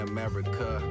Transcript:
America